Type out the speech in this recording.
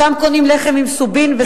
שם קונים לחם עם סובין ושומשום,